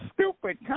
stupid